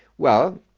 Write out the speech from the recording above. well,